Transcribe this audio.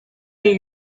new